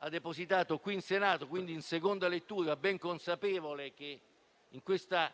ha depositato qui in Senato, quindi in seconda lettura, ben consapevole che, in questa